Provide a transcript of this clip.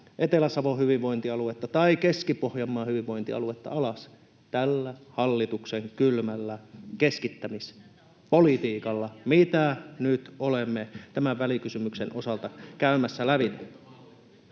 Etelä-Savon hyvinvointialuetta tai Keski-Pohjanmaan hyvinvointialuetta alas tällä hallituksen kylmällä keskittämispolitiikalla, [Mira Niemisen välihuuto] mitä nyt olemme tämän välikysymyksen osalta käymässä lävitse.